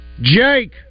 Jake